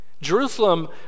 Jerusalem